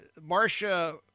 marcia